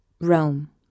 Rome